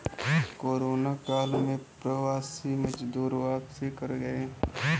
corona काल में प्रवासी मजदूर वापसी कर गए